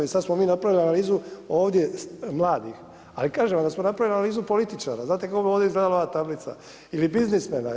I sad smo mi napravili analizu ovdje mladih, ali kažem, da smo napravili analizu političara, znate kako bi ovdje izgledala ova tablica' Ili biznismena?